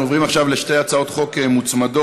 אנחנו עוברים עכשיו לשתי הצעות חוק מוצמדות: